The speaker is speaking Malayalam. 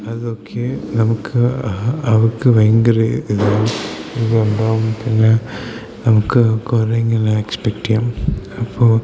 അതൊക്കെ നമുക്ക് അവർക്ക് ഭയങ്കര ഇത് ഇത് ഉണ്ടാവും പിന്നെ നമുക്ക് കുറേ ഇങ്ങനെ എക്സ്പെക്റ്റ് ചെയ്യാം അപ്പോൾ